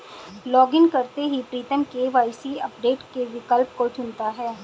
login करते ही Pritam KYC update के विकल्प को चुनता है